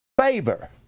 favor